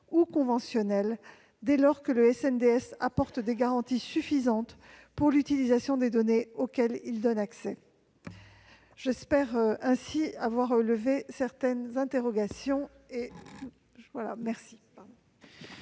ou conventionnelle, dès lors que le SNDS apporte des garanties suffisantes pour l'utilisation des données auxquelles il donne accès ». J'espère avoir ainsi avoir répondu à certaines interrogations.